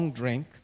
drink